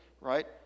right